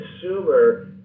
consumer